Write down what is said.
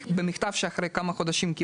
במכתב שקיבלתי אחרי כמה חודשים.